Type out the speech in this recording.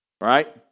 right